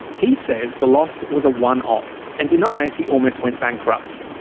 he says the loss was a one off and denies he almost went bankrupt.